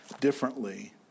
differently